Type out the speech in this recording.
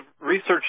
research